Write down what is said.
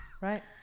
Right